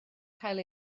cael